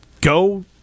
go